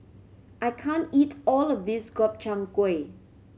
I can't eat all of this Gobchang Gui